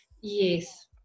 yes